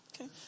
Okay